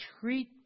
treat